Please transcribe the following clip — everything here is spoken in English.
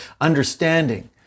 understanding